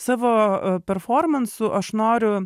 savo performansu aš noriu